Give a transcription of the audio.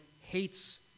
hates